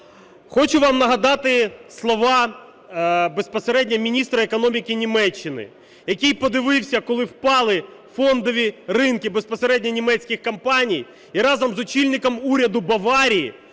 Хочу вам нагадати слова безпосередньо міністра економіки Німеччини, який подивився, коли впали фондові ринки безпосередньо німецьких компаній і разом з очільником уряду Баварії